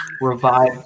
revive